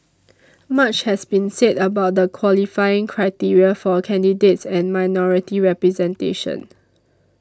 much has been said about the qualifying criteria for candidates and minority representation